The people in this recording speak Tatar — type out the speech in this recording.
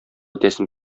итәсем